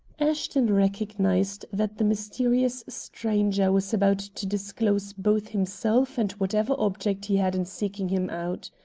ashton recognized that the mysterious stranger was about to disclose both himself and whatever object he had in seeking him out.